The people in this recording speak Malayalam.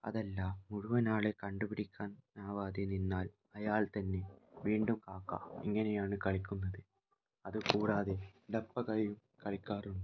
അതല്ലാ മുഴുവനാളെ കണ്ട് പിടിക്കാൻ ആവാതെ നിന്നാൽ അയാൾ തന്നെ വീണ്ടും കാക്ക ഇങ്ങനെയാണ് കളിക്കുന്നത് അതുകൂടാതെ ഡപ്പകളിയും കളിക്കാറുണ്ട്